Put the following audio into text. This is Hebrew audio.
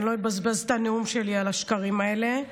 לא אבזבז את הנאום שלי על השקרים האלה.